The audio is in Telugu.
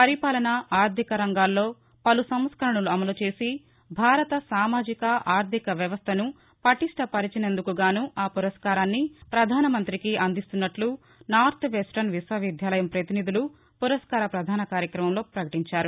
పరిపాలన ఆర్దిక రంగాల్లో పలు సంస్కరణలు అమలు చేసి భారత సామాజిక ఆర్దిక వ్యవస్దను పటిష్టపరిచినందుకుగాను ఆ పురస్కారాన్ని ప్రధాన మంతికి అందిస్తున్నట్ల నార్త్వెస్టరన్ విశ్వవిద్యాలయం పతినిధులు పురస్కార పధాన కార్యక్రమంలో పకటించారు